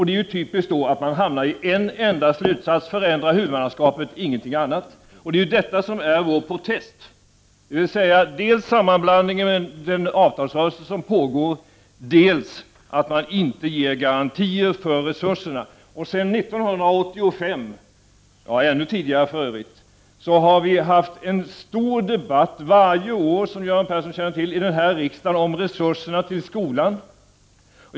Det är ju typiskt att man då hamnar i en enda slutsats: förändra huvudmannaskapet, ingenting annat. Det är detta som vår protest går ut på — dels sammanblandningen med den avtalsrörelse som pågår, dels att man inte ger garantier för resurserna. Sedan 1985 — ja, ännu tidigare — har vi, som Göran Persson känner till, varje år haft en stor debatt här i riksdagen om resurserna till skolan.